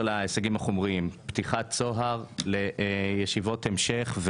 להישגים החומריים פתיחת צוהר לישיבות המשך,